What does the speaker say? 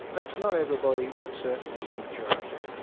that's not everybody but certainly the majority.